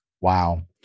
Wow